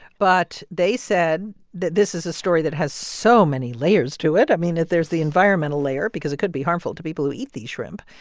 but they said that this is a story that has so many layers to it. i mean, that there's the environmental layer because it could be harmful to people who eat these shrimp.